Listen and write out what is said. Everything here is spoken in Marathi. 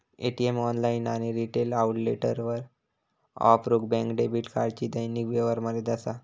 ए.टी.एम, ऑनलाइन आणि रिटेल आउटलेटवर वापरूक बँक डेबिट कार्डची दैनिक व्यवहार मर्यादा असा